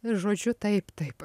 žodžiu taip taip